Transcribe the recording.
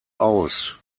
aus